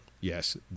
Yes